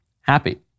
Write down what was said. happy